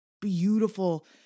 beautiful